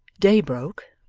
day broke,